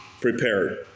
prepared